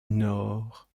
nord